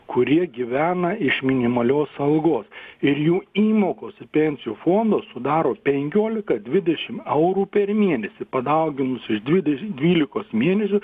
kurie gyvena iš minimalios algos ir jų įmokos į pensijų fondą sudaro penkiolika dvidešim eurų per mėnesį padauginus iš dvide dvylikos mėnesių